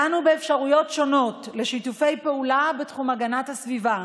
דנו באפשרויות שונות לשיתופי פעולה בתחום הגנת הסביבה.